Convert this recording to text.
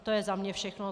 To je za mě všechno.